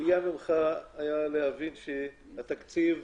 הציפייה ממך הייתה לשמוע ממך שהתקציב